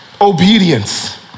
obedience